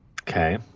Okay